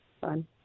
fun